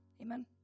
Amen